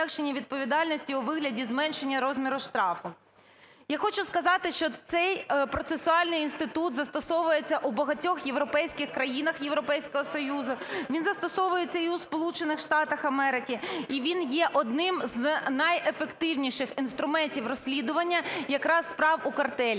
Я хочу сказати, що цей процесуальний інститут застосовується у багатьох європейських країнах Європейського Союзу. Він застосовується і у Сполучених Штатах Америки, і він є одним з найефективніших інструментів розслідування якраз справ у картелі.